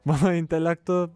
mano intelektu